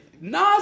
Nas